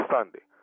Sunday